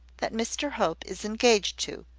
that mr hope is engaged to,